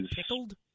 pickled